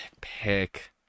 pick